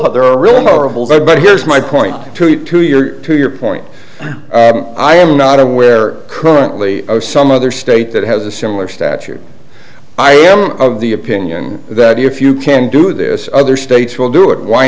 but there are really horrible there but here's my point to your to your point i am not aware currently or some other state that has a similar statute i am of the opinion that if you can do this other states will do it why